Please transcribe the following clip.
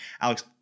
Alex